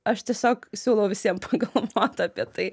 aš tiesiog siūlau visiem pagalvot apie tai